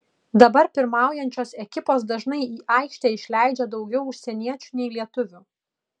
dabar pirmaujančios ekipos dažnai į aikštę išleidžia daugiau užsieniečių nei lietuvių